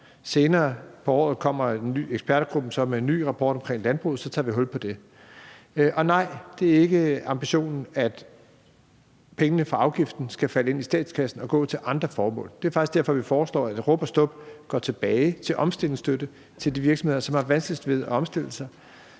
Senere på året kommer ekspertgruppen så med en ny rapport omkring landbruget, og så tager vi hul på det. Og nej, det er ikke ambitionen, at pengene fra afgiften skal gå ind i statskassen og gå til andre formål. Det er faktisk derfor, vi foreslår, at rub og stub går tilbage som omstillingsstøtte til de virksomheder, som har vanskeligst ved at omstille sig.